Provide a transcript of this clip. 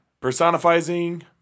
personifying